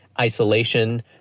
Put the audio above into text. Isolation